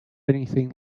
anything